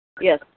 Yes